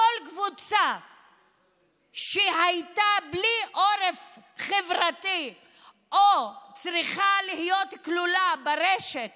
לכל קבוצה שהייתה בלי עורף חברתי או שצריכה להיות כלולה ברשת